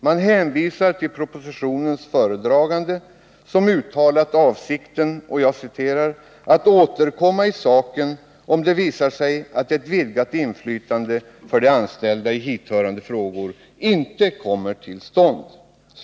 Man hänvisar till propositionens föredragande, som uttalat avsikten att ”återkomma i saken om det visar sig att ett vidgat inflytande för de anställda i hithörande frågor inte kommer till stånd”.